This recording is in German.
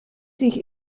sich